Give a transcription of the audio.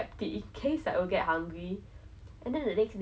no and the yes that same girl and another girl